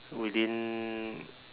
within